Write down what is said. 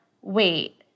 wait